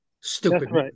Stupid